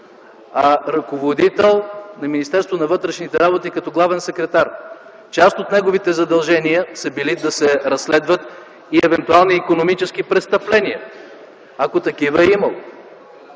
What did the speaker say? на вътрешните работи като главен секретар. Част от неговите задължения са били да се разследват и евентуални икономически престъпления, ако такива е имало,